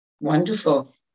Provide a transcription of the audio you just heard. Wonderful